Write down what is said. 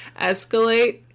escalate